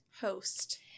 host